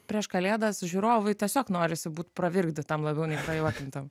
prieš kalėdas žiūrovui tiesiog norisi būt pravirkdytam labiau nei prajuokintam